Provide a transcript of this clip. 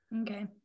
okay